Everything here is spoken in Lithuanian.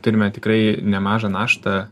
turime tikrai nemažą naštą